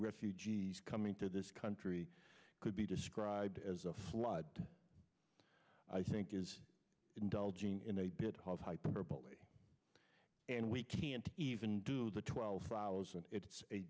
refugees coming to this country could be described as a flood i think is indulging in a bit of hyperbole and we can't even do the twelve thousand it's a